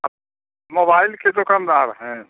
आप मोबाइल के दुकनदार हैं